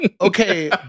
okay